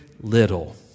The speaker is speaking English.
little